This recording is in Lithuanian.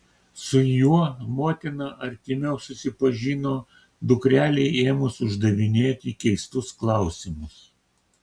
su juo motina artimiau susipažino dukrelei ėmus uždavinėti keistus klausimus